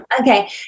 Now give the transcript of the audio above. Okay